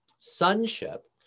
Sonship